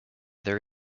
there